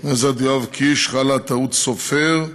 חבר הכנסת יואב קיש חלה טעות סופר: